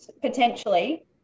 potentially